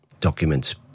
documents